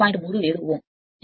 37 ఓం